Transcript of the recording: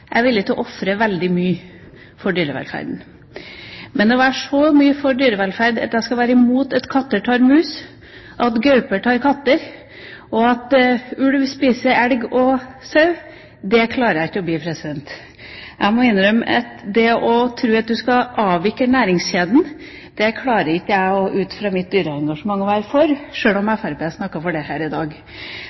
jeg er veldig for dyrevelferd. Jeg er villig til å ofre veldig mye for dyrevelferden. Men å være så mye for dyrevelferd at jeg skal være imot at katter tar mus, at gauper tar katter, og at ulv spiser elg og sau, det klarer jeg ikke. Jeg må innrømme at det å tro at en skal avvikle næringskjeden, klarer ikke jeg ut fra mitt dyreengasjement å være for, sjøl om Fremskrittspartiet snakker for det her i dag.